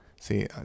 See